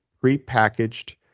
pre-packaged